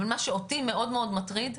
אבל מה שאותי מאוד מאוד מטריד,